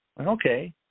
Okay